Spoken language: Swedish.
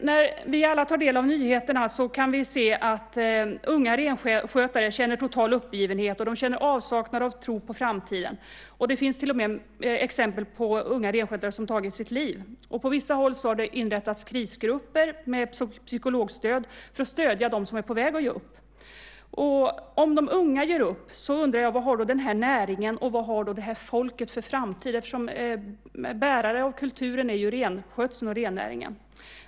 När vi alla tar del av nyheterna kan vi se att unga renskötare känner total uppgivenhet och avsaknad av tro på framtiden. Det finns till och med exempel på unga renskötare som har tagit sitt liv. På vissa håll har det inrättats krisgrupper med psykologstöd för att stödja dem som är på väg att ge upp. Om de unga ger upp, undrar jag vad den här näringen och det här folket har för framtid, eftersom bärare av kulturen är ju renskötseln och rennäringen.